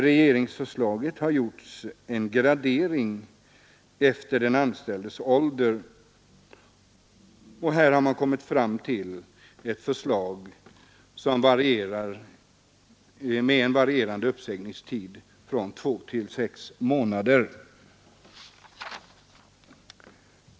Regeringen har gjort en gradering efter den anställdes ålder och kommit fram till ett förslag med varierande uppsägningstider från en till sex månader.